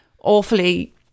awfully